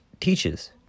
teaches